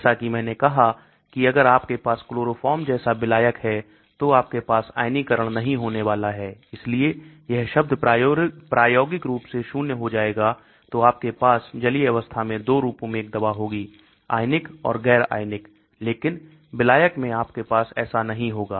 जैसा कि मैंने कहा कि अगर आपके पास क्लोरोफॉर्म जैसा विलायक है तो आपके पास आयनीकरण नहीं होने वाला है इसलिए यह शब्द प्रायोगिक रूप से शून्य हो जाएगा तो आपके पास जलीय अवस्था में 2 रूपों में एक दवा होगी आयनिक और गैर आयनिक लेकिन विलायक में आपके पास ऐसा नहीं होगा